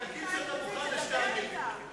תגיד שאתה מוכן לשני עמים.